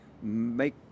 make